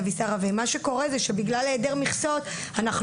מה שקורה זה שבגלל היעדר מכסות אנחנו